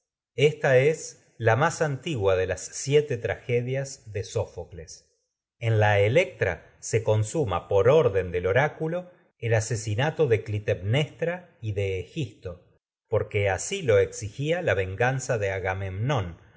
esta es la más antigua de las siete tragedias de sófocles en lo la electra se consuma por orden del orácu pág el asesinato de clitemnestra y de egisto porque así lo exigía la venganza de agamemnón